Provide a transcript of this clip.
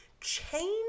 change